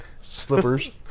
slippers